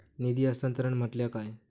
निधी हस्तांतरण म्हटल्या काय?